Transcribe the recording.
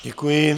Děkuji.